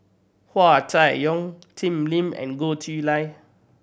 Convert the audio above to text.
Hua Chai Yong Jim Lim and Goh Chiew Lye